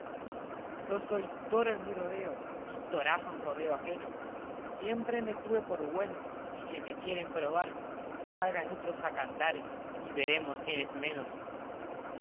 yo soy toro en mi rodeo y torazo en rodeo ajeno siempre me tuve por güeno y si me quieren probar salgan otros a cantar y veremos quién es menos